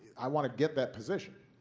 i want to get that position.